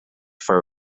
for